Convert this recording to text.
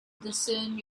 discern